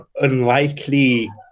unlikely